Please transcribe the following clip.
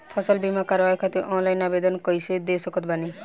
फसल बीमा करवाए खातिर ऑनलाइन आवेदन कइसे दे सकत बानी?